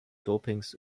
dopings